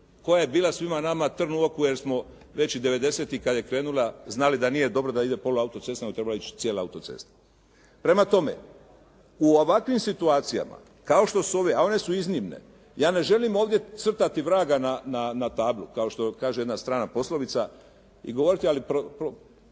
koja je bila svima nama trn u oku, jer smo već i devedeseti kad je krenula znali da nije dobro da ide pola autoceste, nego je trebala ići cijela autocesta. Prema tome, u ovakvim situacijama kao što su ove, a one su iznimne, ja ne želim ovdje crtati vraga na tablu kao što kaže jedna strana poslovica i govoriti. Ali neki